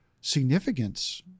significance